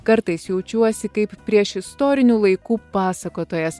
kartais jaučiuosi kaip priešistorinių laikų pasakotojas